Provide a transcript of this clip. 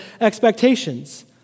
expectations